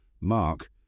Mark